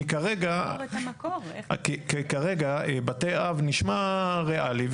כי כרגע, כרגע בתי אב נשמע ריאלי.